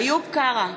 איוב קרא,